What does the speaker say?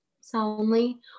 Soundly